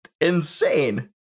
insane